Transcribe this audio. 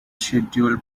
scheduled